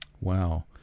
Wow